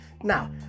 Now